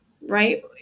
Right